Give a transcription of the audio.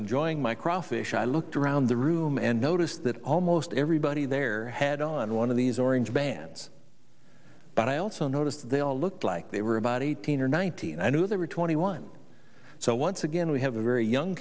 enjoying my crawfish i looked around the room and noticed that almost everybody there head on one of these orange bands but i also noticed they all looked like they were about eighteen or nineteen and i knew they were twenty one so once again we have a very young